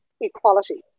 equality